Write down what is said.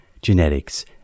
genetics